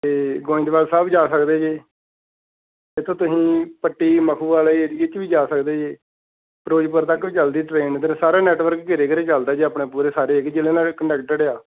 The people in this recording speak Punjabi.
ਅਤੇ ਗੋਇੰਦਵਾਲ ਸਾਹਿਬ ਜਾ ਸਕਦੇ ਜੇ ਇੱਥੋਂ ਤੁਸੀਂ ਪੱਟੀ ਮਖੂਵਾਲ ਏਰੀਏ 'ਚ ਵੀ ਜਾ ਸਕਦੇ ਜੇ ਫਿਰੋੋੋੋੋੋੋੋਜ਼ਪੁਰ ਤੱਕ ਵੀ ਚਲਦੀ ਟਰੇਨ ਇੱਧਰ ਸਾਰਾ ਨੈੱਟਵਰਕ ਘੇਰੇ ਘੇਰੇ ਚਲਦਾ ਜੀ ਆਪਣਾ ਪੂਰੇ ਸਾਰੇ ਏਰੀਏ ਜਿਲ੍ਹੇ ਨਾਲ ਕੰਡੈਕਟਿਡ ਆ